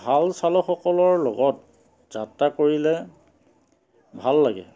ভাল চালকসকলৰ লগত যাত্ৰা কৰিলে ভাল লাগে